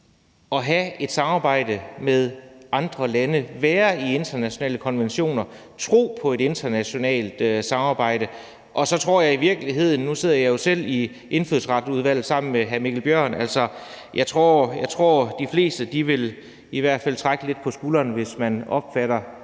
at have et samarbejde med andre lande, være i internationale konventioner og tro på et internationalt samarbejde. Nu sidder jeg jo selv i Indfødsretsudvalget sammen med hr. Mikkel Bjørn, og jeg tror i virkeligheden, de fleste vil trække lidt på skulderen af det, hvis man opfatter